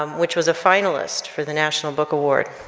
um which was a finalist for the national book award.